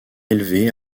élevé